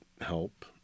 help